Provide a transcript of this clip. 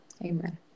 amen